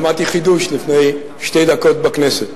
שמעתי חידוש לפני שתי דקות בכנסת.